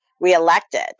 reelected